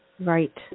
Right